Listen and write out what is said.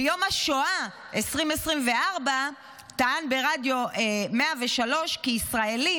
ביום השואה 2024 טען ברדיו 103 כי ישראלים